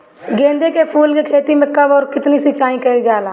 गेदे के फूल के खेती मे कब अउर कितनी सिचाई कइल जाला?